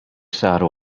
saru